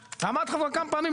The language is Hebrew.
אמרתי לך כבר כמה פעמים,